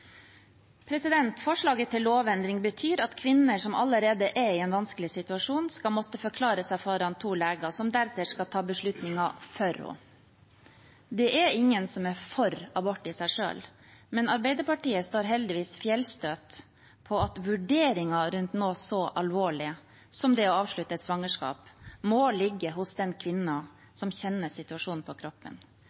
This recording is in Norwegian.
Forslaget til lovendring betyr at kvinner som allerede er i en vanskelig situasjon, skal måtte forklare seg foran to leger som deretter skal ta beslutningen for dem. Det er ingen som er for abort i seg selv, men Arbeiderpartiet står heldigvis fjellstøtt på at vurderingen rundt noe så alvorlig som det å avslutte et svangerskap må ligge hos den kvinnen som kjenner situasjonen på kroppen.